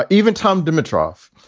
ah even tom dimitrov.